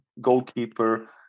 goalkeeper